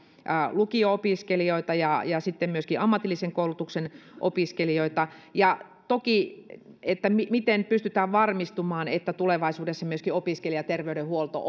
lukio opiskelijoita ja myöskin ammatillisen koulutuksen opiskelijoita ja toki täytyy miettiä miten pystytään varmistumaan että tulevaisuudessa myöskin opiskelijaterveydenhuolto